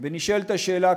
ונשאלת השאלה,